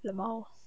lmao